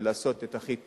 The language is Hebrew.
ולעשות את הכי טוב,